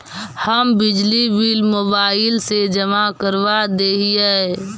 हम बिजली bill mobile से जमा करवा देहियै?